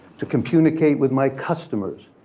to communicate with my customers,